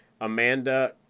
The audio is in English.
Amanda